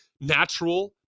Natural